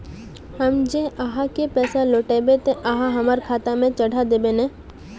हम जे आहाँ के पैसा लौटैबे ते आहाँ हमरा खाता में चढ़ा देबे नय?